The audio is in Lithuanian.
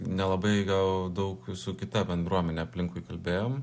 nelabai gal daug su kita bendruomene aplinkui kalbėjom